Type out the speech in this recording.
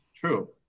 true